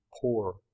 poor